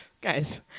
Guys